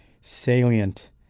salient